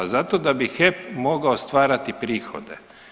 Zato da bi HEP mogao stvarati prihode.